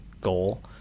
goal